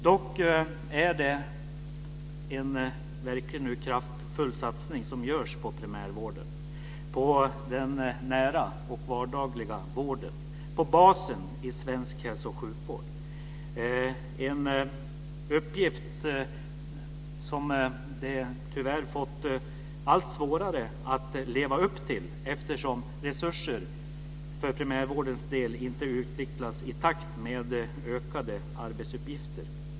Dock görs det nu en kraftfull satsning på primärvården, på den nära och vardagliga vården, på basen i svensk hälso och sjukvård. Det är en uppgift som man tyvärr fått allt svårare att leva upp till, eftersom resurser för primärvårdens del inte utvecklats i takt med ökade arbetsuppgifter.